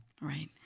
Right